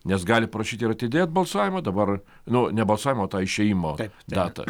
nes gali prašyti ir atidėt balsavimą dabar nu ne balsavimą tą išėjimo datą